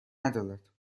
ندارد